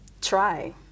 try